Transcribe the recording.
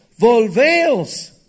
volveos